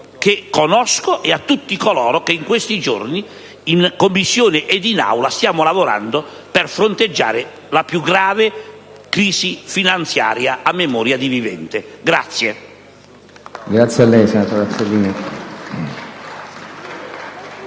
parlamentari e a tutti coloro che in questi giorni in Commissione ed in Aula hanno lavorato per fronteggiare la più grave crisi finanziaria a memoria di vivente.